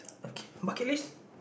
okay bucket list